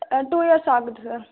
ஆ two years ஆகுது sir